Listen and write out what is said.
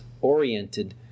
oriented